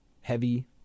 heavy